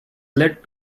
led